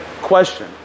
question